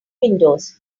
windows